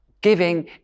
giving